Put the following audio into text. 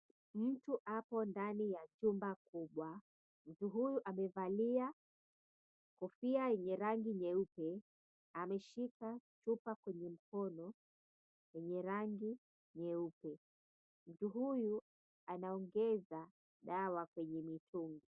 Mtu ako ndani ya chumba kubwa. Mtu huyu amevalia kofia yenye rangi nyeupe, ameshika chupa kwenye mkono wenye rangi nyeupe. Mtu huyu anaongeza dawa kwenye mitungi.